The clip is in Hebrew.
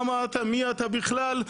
מי אתה בכלל,